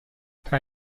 tra